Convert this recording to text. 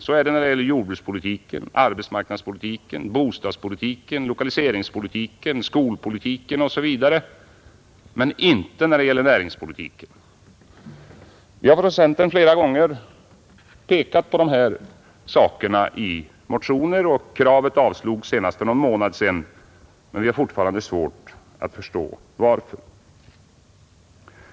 Så är det när det gäller jordbrukspolitiken, av försöken att vidga arbetsmarknadspolitiken, bostadspolitiken, lokaliseringspolitiken, skolden statliga företagpolitiken osv., men inte när det gäller näringspolitiken. Vi har från samheten centern flera gånger pekat på detta i motioner, och kravet avslogs senast för någon månad sedan, men vi har fortfarande svårt att förstå varför.